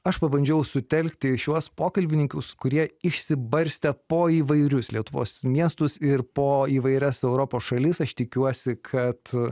aš pabandžiau sutelkti šiuos pokalbininkus kurie išsibarstę po įvairius lietuvos miestus ir po įvairias europos šalis aš tikiuosi kad